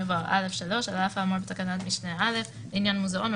יבוא א' 3 על אף האמור בתקנת משנה א' עניין מוזיאון,